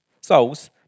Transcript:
souls